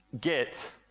get